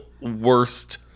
worst